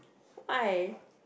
why